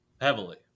Heavily